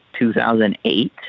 2008